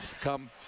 come